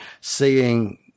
seeing